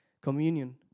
communion